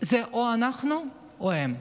זה או אנחנו או הם.